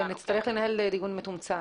נצטרך לנהל דיון מתומצת.